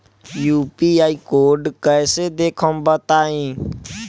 UPI code कैसे देखब बताई?